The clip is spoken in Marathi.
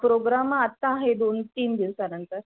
प्रोग्राम आत्ता आहे दोन तीन दिवसानंतर